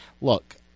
look